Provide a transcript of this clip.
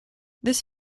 this